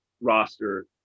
roster